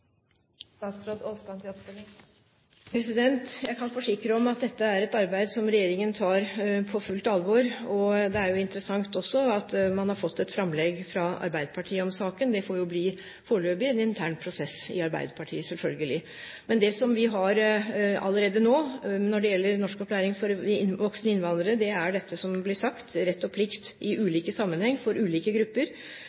Jeg kan forsikre om at dette er et arbeid som regjeringen tar på fullt alvor. Det er også interessant at man har fått et framlegg fra Arbeiderpartiet om saken, men det får foreløpig bli en intern prosess i Arbeiderpartiet, selvfølgelig. Det vi har allerede nå når det gjelder norskopplæring for voksne innvandrere, er, som det blir sagt, rett og plikt i